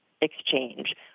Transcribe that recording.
exchange